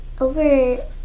Over